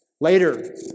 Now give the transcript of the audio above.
Later